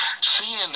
seeing